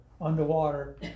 underwater